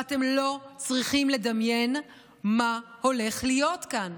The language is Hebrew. ואתם לא צריכים לדמיין מה הולך להיות כאן.